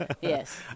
Yes